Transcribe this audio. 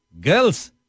Girls